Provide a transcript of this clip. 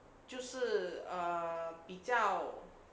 就是 err 比较